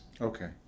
Okay